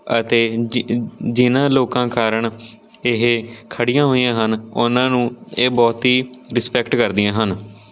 ਅਤੇ ਜਿ ਜਿਨ੍ਹਾਂ ਲੋਕਾਂ ਕਾਰਨ ਇਹ ਖੜ੍ਹੀਆਂ ਹੋਈਆਂ ਹਨ ਉਹਨਾਂ ਨੂੰ ਇਹ ਬਹੁਤ ਹੀ ਰਿਸਪੈਕਟ ਕਰਦੀਆਂ ਹਨ